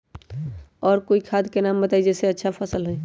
और कोइ खाद के नाम बताई जेसे अच्छा फसल होई?